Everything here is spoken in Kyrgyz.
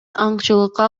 аңчылыкка